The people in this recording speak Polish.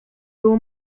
było